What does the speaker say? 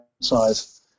size